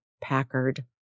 Packard